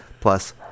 plus